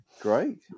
Great